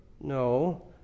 No